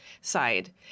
side